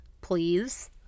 please